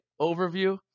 overview